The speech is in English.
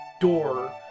door